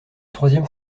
troisième